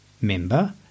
member